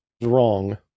wrong